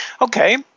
Okay